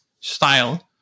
style